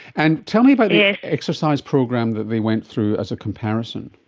and tell me about the exercise program that they went through as a comparison.